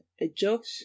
adjust